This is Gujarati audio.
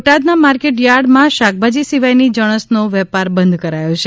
બોટાદ ના માર્કેટ થાર્ડ માં શાકભાજી સિવાય ની જણસ નો વેપાર બંધ કરાયો છે